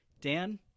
Dan